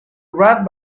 red